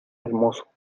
hermoso